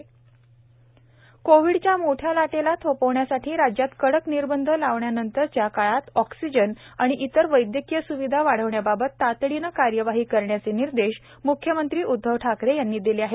म्ख्यमंत्री उदधव ठाकरे कोविडच्या मोठ्या लाटेला थोपविण्यासाठी राज्यात कडक निर्बंध लावल्यानंतरच्या काळात ऑक्सिजन आणि इतर वैद्यकीय स्विधा वाढवण्याबाबत तातडीनं कार्यवाही करण्याचे निर्देश म्ख्यमंत्री उद्धव ठाकरे यांनी दिले आहेत